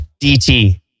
DT